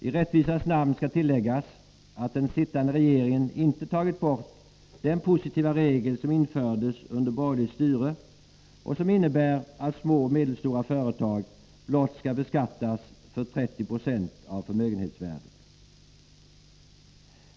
I rättvisans namn skall tilläggas att den sittande regeringen inte tagit bort den positiva regel som infördes under borgerligt styre och som innebär att små och medelstora företag blott skall beskattas för 30 90 av förmögenhetsvärdet.